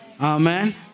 Amen